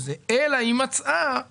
אלא אם מצאה ...".